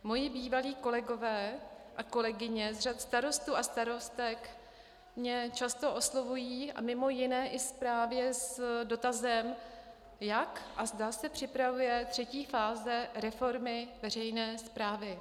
Moji bývalí kolegové a kolegyně z řad starostů a starostek mě často oslovují, mimo jiné právě i s dotazem, jak a zda se připravuje třetí fáze reformy veřejné správy.